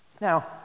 Now